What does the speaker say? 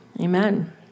amen